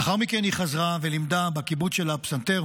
לאחר מכן היא חזרה ולימדה בקיבוץ שלה פסנתר,